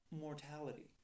mortality